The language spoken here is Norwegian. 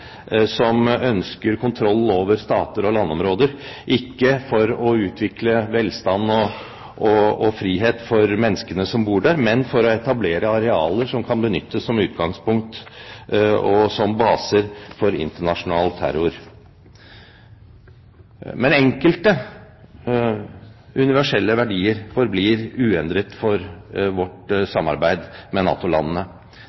som ønsker kontroll over stater og landområder – ikke for å utvikle velstand og frihet for menneskene som bor der, men for å etablere arealer som kan benyttes som utgangspunkt og som baser for internasjonal terror. Men enkelte universelle verdier forblir uendret for vårt